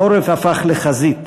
והעורף הפך לחזית,